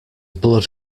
blood